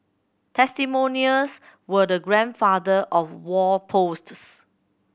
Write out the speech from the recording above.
testimonials were the grandfather of wall posts